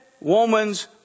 woman's